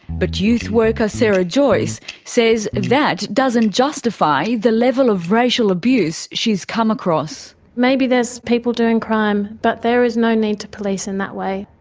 but youth worker sarah joyce says that doesn't justify the level of racial abuse she's come across. maybe there's people doing crime, but there is no need to police in that way.